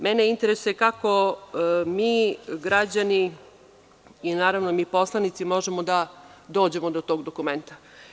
Mene interesuje kako mi, građani i naravno mi poslanici možemo da dođemo do tog dokumenta?